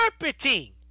interpreting